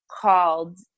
called